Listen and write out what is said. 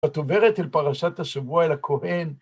את עוברת אל פרשת השבוע, אל הכהן.